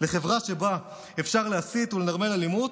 בחברה שבה אפשר להסית ולנרמל אלימות,